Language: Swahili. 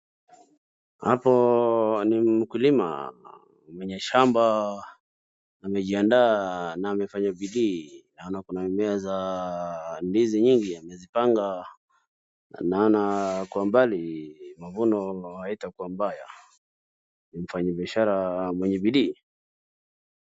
Hapo ni mkulima mwenye shamba amejiandaa na amefanya bidii. Naona akona mimea za ndizi nyingi, amezipanga kwa maana kwa mbali, mavuno haitakuwa mbaya. Ni mfanyibiashra mwenye bidii.